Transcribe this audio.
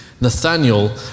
Nathaniel